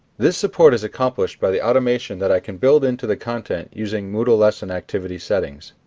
this support is accomplished by the automation that i can build into the content using moodle lesson activity settings.